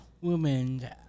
woman